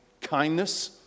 kindness